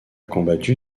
combattu